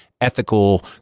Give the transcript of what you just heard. ethical